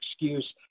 excuse